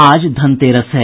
आज धनतेरस है